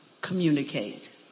communicate